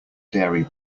dairy